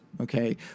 okay